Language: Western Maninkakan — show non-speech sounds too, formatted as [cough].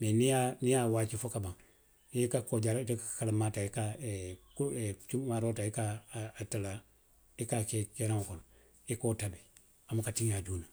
Mee niŋ i ye a waaji fo ka baŋ i ka koojaari, a ka kalamaa taa i ka [hesitation] cumuwaaroo taa i ka a talaa i ka a ke keeraŋo kono, i ka wo tabi. A buka tiňaa juuna.